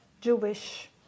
Jewish